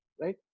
right